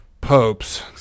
Popes